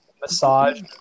massage